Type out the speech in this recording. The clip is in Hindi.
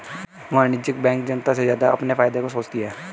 वाणिज्यिक बैंक जनता से ज्यादा अपने फायदे का सोचती है